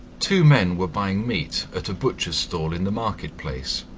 two men were buying meat at a butcher's stall in the market-place,